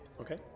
Okay